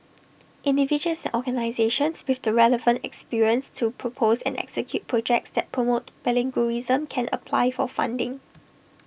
individuals organisations with the relevant experience to propose and execute projects that promote bilingualism can apply for funding